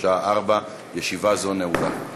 בשעה 16:00. ישיבה זו נעולה.